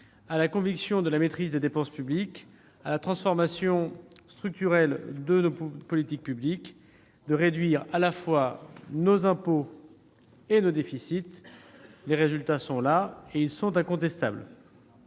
à notre conviction en matière de maîtrise des dépenses publiques et à la transformation structurelle de nos politiques publiques, qui nous ont permis de réduire à la fois nos impôts et nos déficits. Les résultats sont là ; ils sont incontestables.